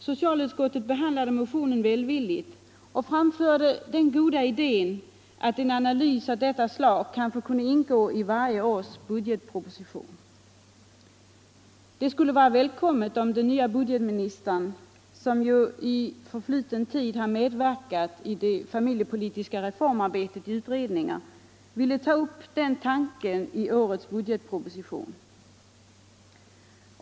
Socialutskottet behandlade motionen välvilligt och framförde den goda idén att en analys av detta slag kanske kunde ingå 1 varje års budgetproposition. Det skulle vara välkommet om den nya budgetministern, som ju tidigare i utredningar medverkade i det familjepolitiska reformarbetet, ville ta upp den tanken i årets budgetproposition.